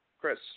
Chris